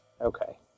Okay